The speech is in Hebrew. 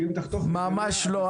ואם תחתוך ב --- ממש לא,